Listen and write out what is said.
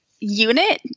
unit